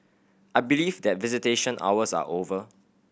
I believe that visitation hours are over